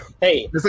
Hey